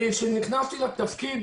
כשנכנסתי לתפקיד